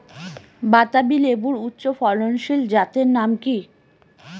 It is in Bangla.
বাতাবি লেবুর উচ্চ ফলনশীল জাতের নাম কি?